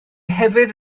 hefyd